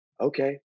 okay